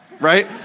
right